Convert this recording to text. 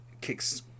kicks